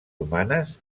humanes